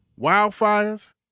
wildfires